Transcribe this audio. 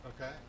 Okay